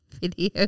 Video